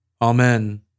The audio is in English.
Amen